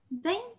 thank